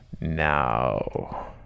Now